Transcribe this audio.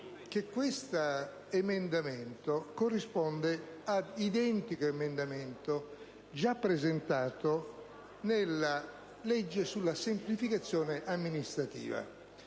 che questo emendamento corrisponde ad identico emendamento, già presentato nella legge sulla semplificazione amministrativa.